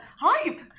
hype